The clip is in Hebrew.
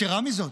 יתרה מזאת,